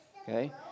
okay